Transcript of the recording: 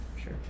Sure